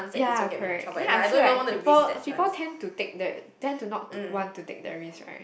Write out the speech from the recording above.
ya correct then I feel like people people tend to take the tend to not to want to take the risk right